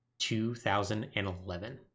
2011